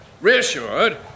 Reassured